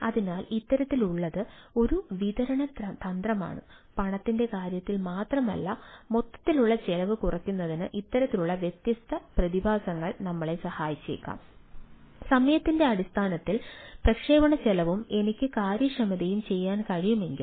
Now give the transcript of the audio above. അതിനാൽ ഇത്തരത്തിലുള്ളത് ഒരു വിതരണ തന്ത്രമാണ് പണത്തിന്റെ കാര്യത്തിൽ മാത്രമല്ല മൊത്തത്തിലുള്ള ചെലവ് കുറയ്ക്കുന്നതിന് ഇത്തരത്തിലുള്ള വിതരണ പ്രതിഭാസങ്ങൾ ഞങ്ങളെ സഹായിച്ചേക്കാം സമയത്തിന്റെ അടിസ്ഥാനത്തിൽ പ്രക്ഷേപണച്ചെലവും എനിക്ക് കാര്യക്ഷമതയും ചെയ്യാൻ കഴിയുമെങ്കിൽ